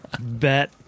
bet